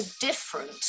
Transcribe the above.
different